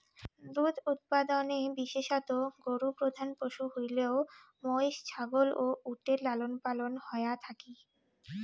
দুধ উৎপাদনে বিশেষতঃ গরু প্রধান পশু হইলেও মৈষ, ছাগল ও উটের লালনপালন হয়া থাকি